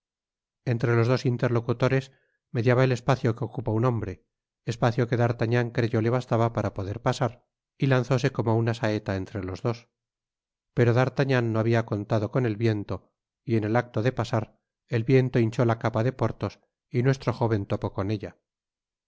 entre los dos interlocutores mediaba el espacio que ocupa un hombre espacio que d'artagnan creyó le bastaba para poder pasar y lanzóse como una saeta entre los dos pero d'artagnan no habia contado con el viento y en el acto de pasar el viento hinchó la capa de porthos y nuestro jóven topó con ella